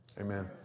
Amen